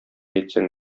әйтсәң